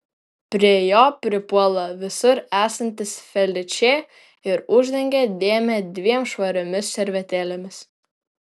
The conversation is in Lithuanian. prie jo pripuola visur esantis feličė ir uždengia dėmę dviem švariomis servetėlėmis